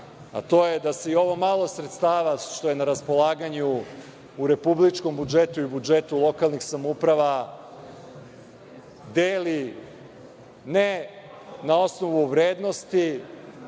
a to je da se i ovo malo sredstava što je na raspolaganju u republičkom budžetu i budžetu lokalnih samouprava deli, ne na osnovu vrednosti